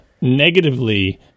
negatively